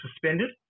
suspended